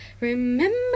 Remember